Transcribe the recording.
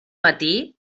matí